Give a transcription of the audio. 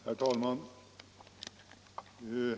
Herr talman!